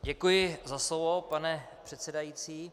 Děkuji za slovo, pane předsedající.